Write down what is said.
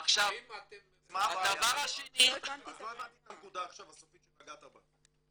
לא הבנתי את הנקודה הסופית שנגעת בה.